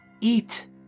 eat